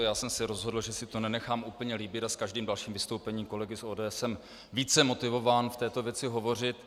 Já jsem se rozhodl, že si to nenechám úplně líbit, a s každým dalším vystoupením kolegy z ODS jsem více motivován v této věci hovořit.